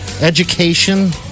education